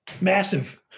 massive